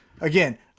again